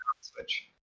Switch